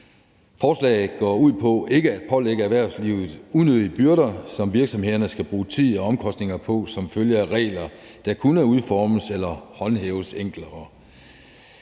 Forslaget går ud på ikke at pålægge erhvervslivet unødige byrder, som virksomhederne skal bruge tid og omkostninger på som følge af regler, der kunne udformes eller håndhæves enklere.